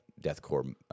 deathcore